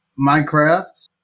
Minecraft